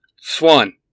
Swan